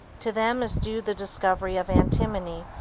to them is due the discovery of antimony,